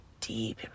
deep